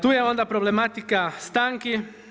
Tu je onda problematika stanki.